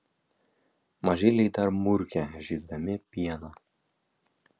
mažyliai dar murkia žįsdami pieną